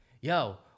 yo